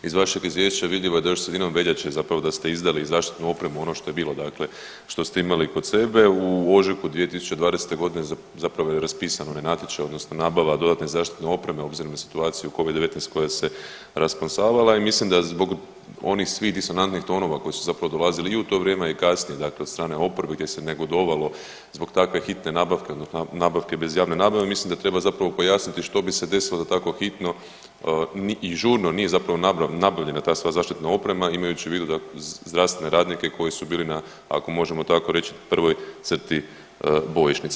Iz vašeg izvješća vidljivo je da još sredinom veljače zapravo da ste izdali zaštitu opremu, ono što je bilo, dakle što ste imali kod sebe, u ožujku 2020.g. zapravo je raspisan onaj natječaj odnosno nabava dodatne zaštitne opreme obzirom na situaciju covid-19 koja se rasplamsavala i mislim da zbog onih svih disonantnih tonova koji su zapravo dolazili i u to vrijeme i kasnije dakle od strane oporbe gdje se negodovalo zbog takve hitne nabavke odnosno nabavke bez javne nabave, ja mislim da treba zapravo pojasniti što bi se desilo da tako hitno i žurno nije zapravo nabavljena ta sva zaštitna oprema imajući u vidu zdravstvene radnike koji su bili na ako možemo tako reći na prvoj crti bojišnici.